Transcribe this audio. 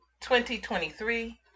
2023